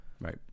right